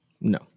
no